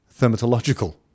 Thermatological